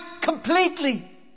completely